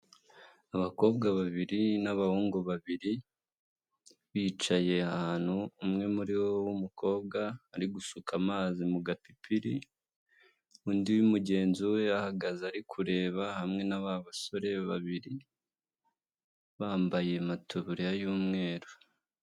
Abakobwa babiri n'abahungu babiri bicaye ahantu umwe muri bo w'umukobwa ari gusuka amazi mu gapipiri, undi mugenzi we ahagaze ari kureba hamwe na ba basore babiri bambaye amataburiya y'umweru.